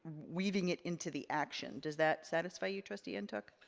weaving it into the action. does that satisfy you trustee ntuk?